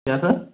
क्या सर